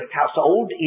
household